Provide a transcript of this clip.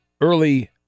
early